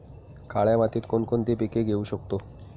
काळ्या मातीत कोणकोणती पिके घेऊ शकतो?